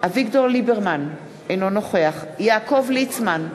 אביגדור ליברמן, אינו נוכח יעקב ליצמן,